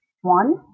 one